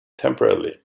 temporarily